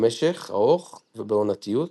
במשך ארוך ובעונתיות